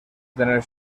tener